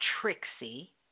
Trixie